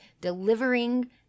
delivering